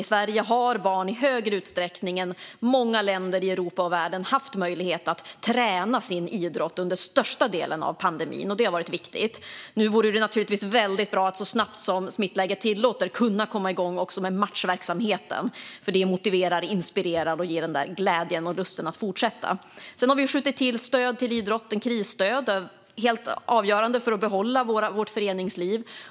I Sverige har barn i större utsträckning än i många andra länder i Europa och världen haft möjlighet att träna sin idrott under största delen av pandemin, och det har varit viktigt. Nu vore det naturligtvis väldigt bra att så snabbt som smittläget tillåter också kunna komma igång med matchverksamheten, för den motiverar, inspirerar och ger den där glädjen och lusten att fortsätta. Vi har skjutit till krisstöd till idrotten. Det är helt avgörande för att behålla vårt föreningsliv.